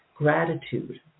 gratitude